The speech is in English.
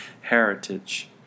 heritage